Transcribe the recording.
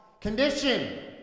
Condition